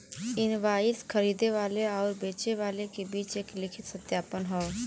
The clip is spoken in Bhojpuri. इनवाइस खरीदे वाले आउर बेचे वाले क बीच एक लिखित सत्यापन हौ